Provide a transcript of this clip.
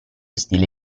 stile